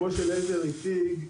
כמו שלייזר הציג,